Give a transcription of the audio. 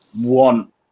want